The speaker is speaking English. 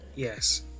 Yes